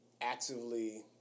actively